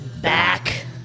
back